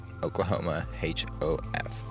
OklahomaHOF